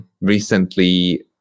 Recently